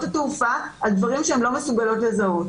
התעופה על דברים שהן לא מסוגלות לזהות.